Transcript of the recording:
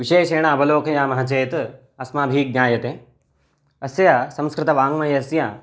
विशेषेण अवलोकयामः चेत् अस्माभिः ज्ञायते अस्य संस्कृतवाङ्मयस्य